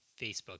Facebook